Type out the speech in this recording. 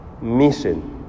mission